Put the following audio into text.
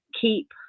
keep